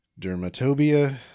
Dermatobia